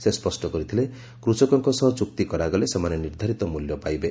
ସେ ସ୍ୱଷ୍ଟ କରିଥିଲେ ଯେ କୃଷକଙ୍କ ସହ ଚୁକ୍ତି କରାଗଲେ ସେମାନେ ନିର୍ଦ୍ଧାରିତ ମୂଲ୍ୟ ପାଇବେ